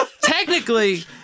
Technically